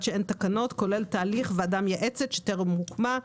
שאין תקנות כולל תהליך וועדה מייעצת שטרם הוקמה.